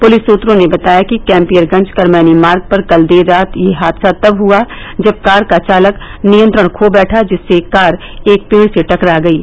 police सुत्रों ने बताया कि कैम्पियरगंज कर्मैनी मार्ग पर कल देर रात यह हादसा तब हुआ जब कार का चालक नियंत्रण खो बैठा जिससे कार एक पेड़ से टकरा गयी